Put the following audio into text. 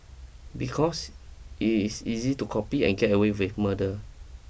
because it is easy to copy and get away with murder